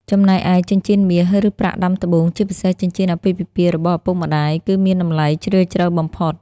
ចំណែកឯ ចិញ្ចៀនមាស ឬប្រាក់ដាំត្បូង ជាពិសេស ចិញ្ចៀនអាពាហ៍ពិពាហ៍របស់ឪពុកម្ដាយ គឺមានតម្លៃជ្រាលជ្រៅបំផុត។